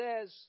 says